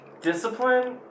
Discipline